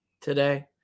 today